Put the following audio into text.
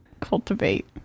cultivate